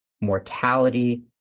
mortality